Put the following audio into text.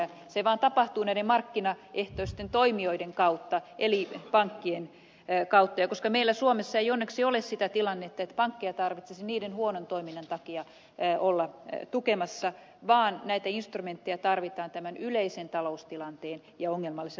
se vaan tapahtuu näiden markkinaehtoisten toimijoiden kautta eli pankkien kautta koska meillä suomessa ei onneksi ole sitä tilannetta että pankkeja tarvitsisi niiden huonon toiminnan takia olla tukemassa vaan näitä instrumentteja tarvitaan tämän yleisen taloustilanteen ja ongelmallisen rahoitusmarkkinatilanteen takia